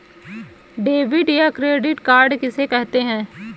Debit या credit card किसे कहते हैं?